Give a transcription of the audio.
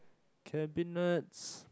cabinets